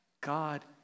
God